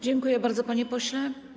Dziękuję bardzo, panie pośle.